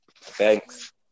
thanks